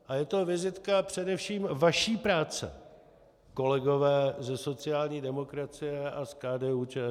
A je to vizitka především vaší práce, kolegové ze sociální demokracie a z KDUČSL.